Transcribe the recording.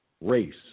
race